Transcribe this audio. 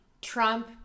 Trump